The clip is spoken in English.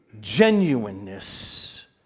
genuineness